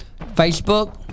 Facebook